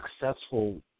successful